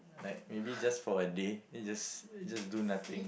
like maybe just for a day just just do nothing